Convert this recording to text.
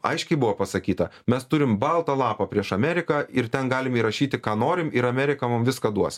aiškiai buvo pasakyta mes turim baltą lapą prieš ameriką ir ten galim įrašyti ką norim ir amerika mum viską duos